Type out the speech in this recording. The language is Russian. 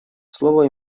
слово